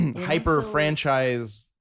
hyper-franchise